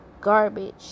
garbage